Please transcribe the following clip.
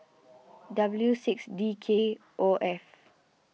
W six D K O F